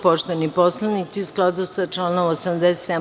Poštovani poslanici, u skladu sa članom 87.